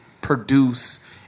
produce